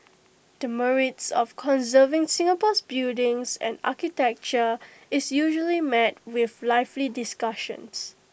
the merits of conserving Singapore's buildings and architecture is usually met with lively discussions